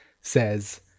says